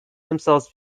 themselves